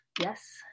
Yes